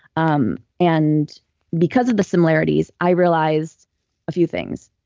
um and because of the similarities i realized a few things.